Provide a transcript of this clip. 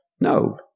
No